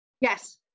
Yes